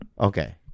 Okay